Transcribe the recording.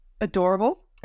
Adorable